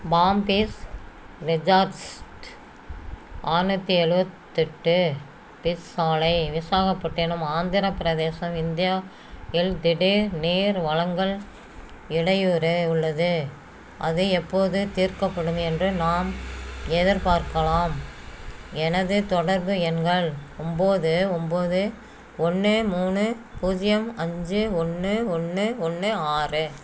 bomb beach resorts ஆற்நூற்றி எழுவத்தெட்டு beach சாலை விசாகப்பட்டினம் ஆந்திரப் பிரதேசம் இந்தியா இல் திடீர் நீர் வழங்கல் இடையூறு உள்ளது அது எப்போது தீர்க்கப்படும் என்று நாம் எதிர்பார்க்கலாம் எனது தொடர்பு எண்கள் ஒம்போது ஒம்போது ஒன்று மூணு பூஜ்ஜியம் அஞ்சு ஒன்று ஒன்று ஒன்று ஆறு